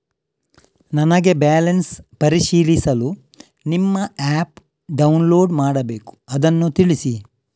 ನನಗೆ ಬ್ಯಾಲೆನ್ಸ್ ಪರಿಶೀಲಿಸಲು ನಿಮ್ಮ ಆ್ಯಪ್ ಡೌನ್ಲೋಡ್ ಮಾಡಬೇಕು ಅದನ್ನು ತಿಳಿಸಿ?